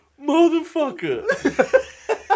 Motherfucker